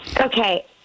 Okay